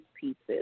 pieces